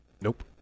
Nope